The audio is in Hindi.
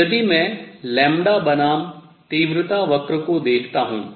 तो यदि मैं लैम्ब्डा बनाम तीव्रता वक्र को देखता हूँ